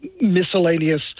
miscellaneous